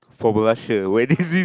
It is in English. from Russia where